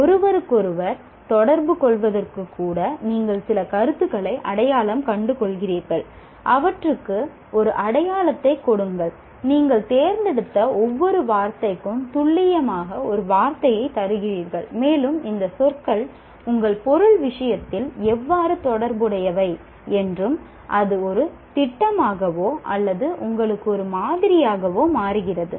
ஒருவருக்கொருவர் தொடர்புகொள்வதற்கு கூட நீங்கள் சில கருத்துக்களை அடையாளம் கண்டுகொள்கிறீர்கள் அவற்றுக்கு ஒரு அடையாளத்தை கொடுங்கள் நீங்கள் தேர்ந்தெடுத்த ஒவ்வொரு வார்த்தைக்கும் துல்லியமாக ஒரு வரையறையைத் தருகிறீர்கள் மேலும் இந்த சொற்கள் உங்கள் பொருள் விஷயத்தில் எவ்வாறு தொடர்புடையவை என்றும் அது ஒரு திட்டமாகவோ அல்லது உங்களுக்கு ஒரு மாதிரியாகவோ மாறுகிறது